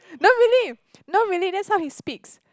no really no really that's how he speaks